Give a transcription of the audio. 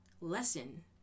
lesson